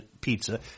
pizza